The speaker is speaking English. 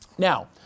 Now